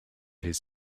his